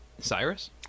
Cyrus